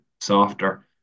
softer